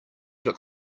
look